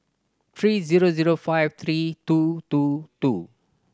three zero zero five three two two two